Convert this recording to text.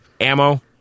ammo